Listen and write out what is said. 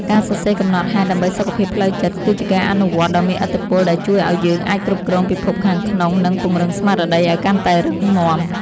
ការសរសេរកំណត់ហេតុដើម្បីសុខភាពផ្លូវចិត្ត គឺជាការអនុវត្តដ៏មានឥទ្ធិពលដែលជួយឱ្យយើងអាចគ្រប់គ្រងពិភពខាងក្នុង និងពង្រឹងស្មារតីឱ្យកាន់តែរឹងមាំ។